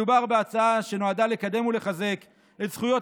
מדובר בהצעה שנועדה לקדם ולחזק את זכויות